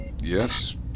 Yes